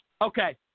Okay